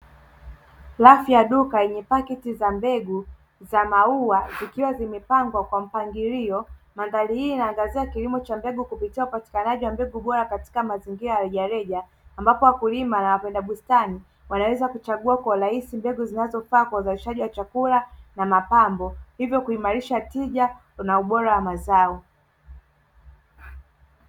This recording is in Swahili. Rafu ya duka yenye pakiti za mbegu za maua zikiwa zimepangwa kwa mpangilio. Mandhari hii inaangazia kilimo cha mbegu kupitia upatikanaji wa mbegu bora katika mazingira ya rejareja. Ambapo wakulima na wapenda bustani wanaweza kuchagua kwa urahisi mbegu zinazofaa kwa uzalishaji wa chakula, na mapambo hivyo kuimarisha tija na ubora wa mazao.